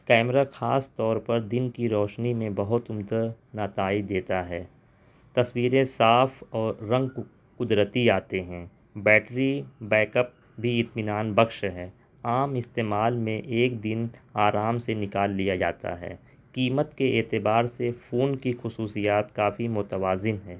camera خاص طور پر دن کی روشنی میں بہت عمدہ نتائج دیتا ہے تصویریں صاف اور رنگ قدرتی آتے ہیں بیٹری بیک اپ بھی اطمینان بخش ہے عام استعمال میں ایک دن آرام سے نکال لیا جاتا ہے قیمت کے اعتبار سے فون کی خصوصیات کافی متوازن ہیں